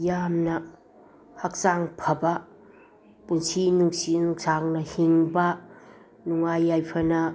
ꯌꯥꯝꯅ ꯍꯛꯆꯥꯡ ꯐꯥꯕ ꯄꯨꯟꯁꯤ ꯅꯨꯡꯁꯤ ꯅꯨꯡꯁꯥꯡꯅ ꯍꯤꯡꯕ ꯅꯨꯡꯉꯥꯏ ꯌꯥꯏꯐꯅ